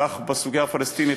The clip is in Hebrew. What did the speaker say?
כך בסוגיה הפלסטינית,